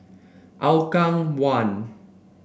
Hougang One